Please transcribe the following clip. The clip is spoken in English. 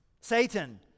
Satan